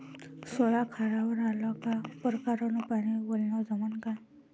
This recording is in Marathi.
सोला खारावर आला का परकारं न पानी वलनं जमन का?